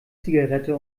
zigarette